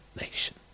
nation